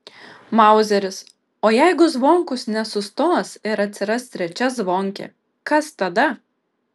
mauzeris o jeigu zvonkus nesustos ir atsiras trečia zvonkė kas tada